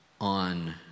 on